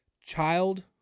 child